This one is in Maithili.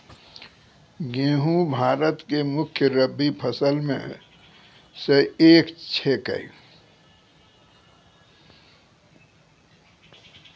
गेहूँ भारत के मुख्य रब्बी फसल मॅ स एक छेकै